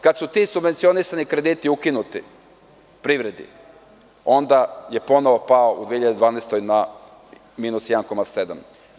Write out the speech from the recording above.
Kad su ti subvencionisani krediti ukinuti privredi, onda je ponovo pao u 2012. godini na minus 1,7%